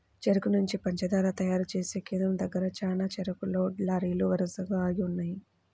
చెరుకు నుంచి పంచదార తయారు చేసే కేంద్రం దగ్గర చానా చెరుకు లోడ్ లారీలు వరసగా ఆగి ఉన్నయ్యి